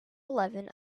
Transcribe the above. eleven